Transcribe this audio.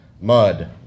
Mud